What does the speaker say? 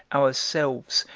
ourselves,